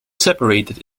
separated